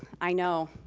i know,